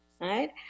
right